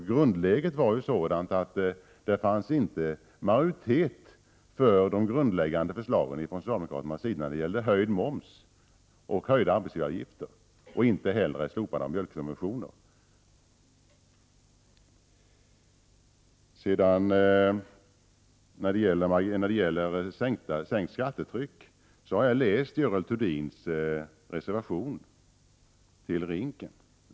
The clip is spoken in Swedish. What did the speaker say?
Situationen var sådan att det inte fanns majoritet för socialdemokraternas grundläggande förslag om höjd moms, höjda arbetsgivaravgifter eller slopande av mjölksubventioner. När det gäller sänkt skattetryck vill jag säga att jag har läst Görel Thurdins reservation till RINK-utredningen.